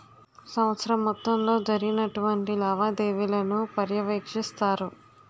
సంవత్సరం మొత్తంలో జరిగినటువంటి లావాదేవీలను పర్యవేక్షిస్తారు